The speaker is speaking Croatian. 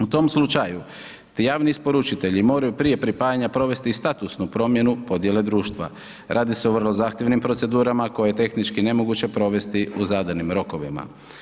U tom slučaju ti javni isporučitelji moraju prije pripajanja provesti i statusnu promjenu podjele društva, radi se o vrlo zahtjevnim procedurama koje je tehnički nemoguće provesti u zadanim rokovima.